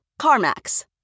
CarMax